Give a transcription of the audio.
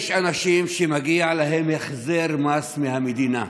יש אנשים שמגיע להם החזר מס מהמדינה.